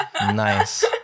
Nice